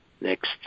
next